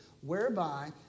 whereby